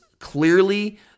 clearly